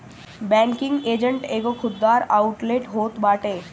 banking agent एगो खुदरा डाक आउटलेट होत बाटे